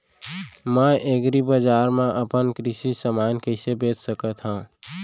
मैं एग्रीबजार मा अपन कृषि समान कइसे बेच सकत हव?